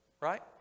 right